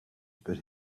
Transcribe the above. but